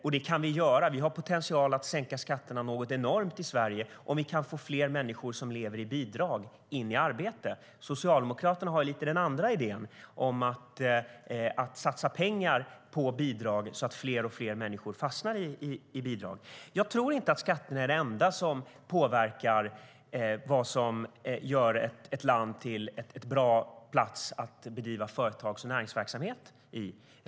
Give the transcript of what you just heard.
Det kan vi göra. Det finns potential att sänka skatterna något enormt i Sverige om fler människor som lever i bidrag kan komma in i arbete. Socialdemokraterna har den andra idén, att satsa pengar på bidrag så att fler och fler människor fastnar i bidrag. Jag tror inte att skatterna är det enda som påverkar vad som gör ett land till en bra plats att bedriva företags och näringsverksamhet på.